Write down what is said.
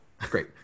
Great